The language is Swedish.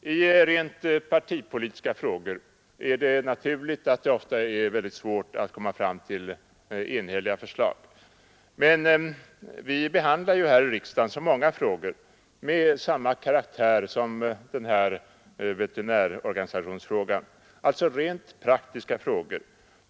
I rent partipolitiska frågor är det naturligt att det ofta är svårt att komma fram till enhälliga förslag, men vi behandlar här i riksdagen så många frågor av samma karaktär som veterinärorganisationsfrågan, dvs. rent praktiska frågor,